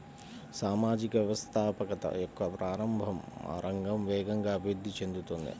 సామాజిక వ్యవస్థాపకత యొక్క ప్రారంభ రంగం వేగంగా అభివృద్ధి చెందుతోంది